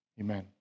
Amen